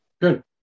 Good